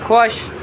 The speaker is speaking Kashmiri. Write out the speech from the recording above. خۄش